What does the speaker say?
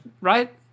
right